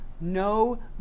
no